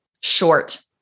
short